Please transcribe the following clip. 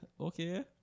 okay